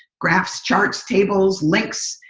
graphs, charts, tables, links.